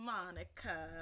Monica